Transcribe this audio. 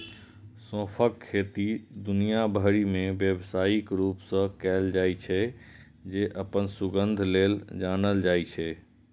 सौंंफक खेती दुनिया भरि मे व्यावसायिक रूप सं कैल जाइ छै, जे अपन सुगंध लेल जानल जाइ छै